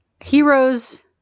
heroes